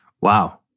Wow